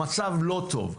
המצב לא טוב.